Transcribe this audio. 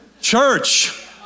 Church